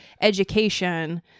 education